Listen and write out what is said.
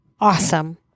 Awesome